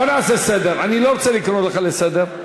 אתם רוצים לחלק את ירושלים.